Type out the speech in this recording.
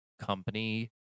company